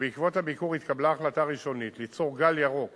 ובעקבות הביקור התקבלה החלטה ראשונית ליצור גל ירוק